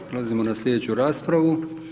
Prelazimo na sljedeću raspravu.